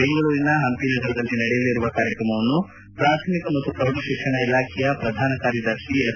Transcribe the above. ಬೆಂಗಳೂರಿನ ಹಂಪಿ ನಗರದಲ್ಲಿ ನಡೆಯಲಿರುವ ಕಾರ್ಯಕ್ರಮವನ್ನು ಪ್ರಾಥಮಿಕ ಮತ್ತು ಪ್ರೌಢ ಶಿಕ್ಷಣ ಇಲಾಖೆ ಪ್ರಧಾನ ಕಾರ್ಯದರ್ಶಿ ಎಸ್